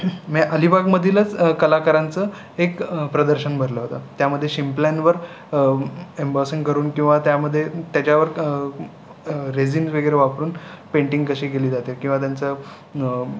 मग हे अलीबागमधीलच कलाकारांचं एक प्रदर्शन भरलं होतं त्यामध्ये शिंपल्यांवर एम्बॉसिंग करून किंवा त्यामध्ये त्याच्यावर रेजिन वगैरे वापरून पेंटिंग कशी केली जाते किंवा त्यांचं